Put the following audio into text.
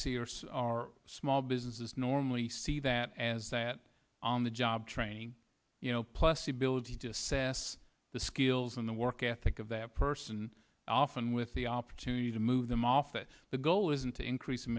see are our small businesses normally see that as that on the job training you know plus the ability to assess the skills in the work ethic of that person often with the opportunity to move them off that the goal isn't to increase